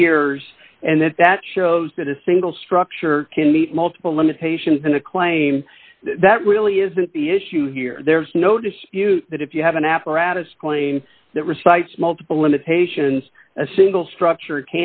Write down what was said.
viewers and that that shows that a single structure can meet multiple limitations in a claim that really isn't the issue here there is no dispute that if you have an apparatus claim that recites multiple limitations a single structure